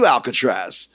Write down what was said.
Alcatraz